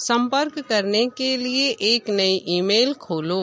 सम्पर्क करने के लिए एक नई ईमेल खोलो